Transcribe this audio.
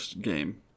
game